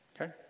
okay